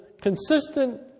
consistent